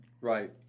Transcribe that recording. Right